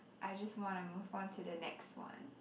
I just want to move on to the next one